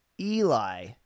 eli